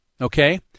Okay